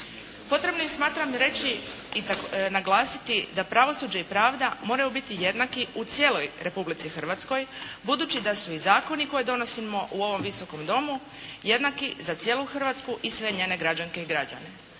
Potrebnim smatram reći i naglasiti da pravosuđe i pravda moraju biti jednaki u cijeloj Republici Hrvatskoj budući da su i zakoni koje donosimo u ovom Visokom domu jednaki za cijelu Hrvatsku i sve njene građanke i građane.